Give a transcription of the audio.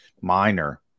minor